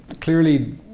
clearly